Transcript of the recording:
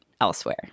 elsewhere